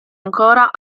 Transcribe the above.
ancora